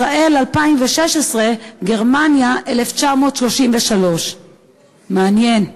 "ישראל 2016, גרמניה 1933". מעניין.